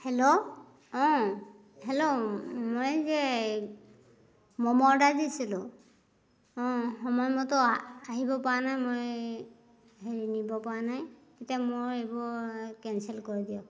hello অঁ hello মই যে ম'ম অৰ্ডাৰ দিছিলোঁ অঁ সময়মতো আহিবপৰা নাই মই হেৰি নিবপৰা নাই এতিয়া মই এইবোৰ কেঞ্চেল কৰি দিয়ক